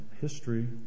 history